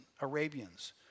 Arabians